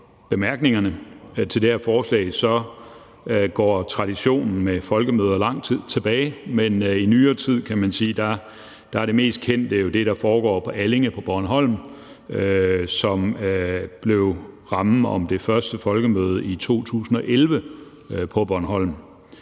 af bemærkningerne til det her forslag, går traditionen med folkemøder langt tilbage, men i nyere tid er det mest kendte jo det, der foregår i Allinge på Bornholm, og som blev afholdt første gang i 2011.